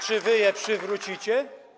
Czy wy je przywrócicie?